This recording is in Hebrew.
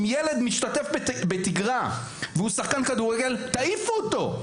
אם ילד משתתף בתגרה והוא שחקן כדורגל, תעיפו אותו.